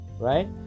right